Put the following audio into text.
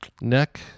neck